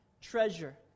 treasure